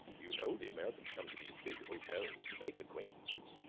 you know the americans come to these big hotels to make acquaintances.